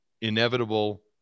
inevitable